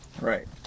Right